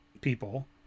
people